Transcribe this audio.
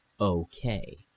okay